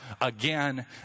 again